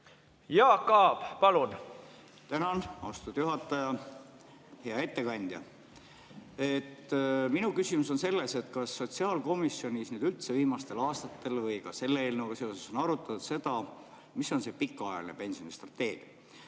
Jaak Aab, palun! Tänan, austatud juhataja! Hea ettekandja! Minu küsimus on selles, kas sotsiaalkomisjonis üldse viimastel aastatel või ka selle eelnõuga seoses on arutatud seda, mis on pikaajaline pensionistrateegia.